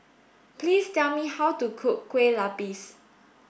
please tell me how to cook Kue Lupis